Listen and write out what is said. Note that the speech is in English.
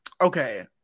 okay